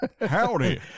Howdy